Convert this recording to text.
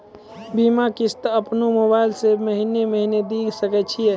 बीमा किस्त अपनो मोबाइल से महीने महीने दिए सकय छियै?